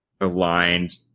aligned